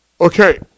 Okay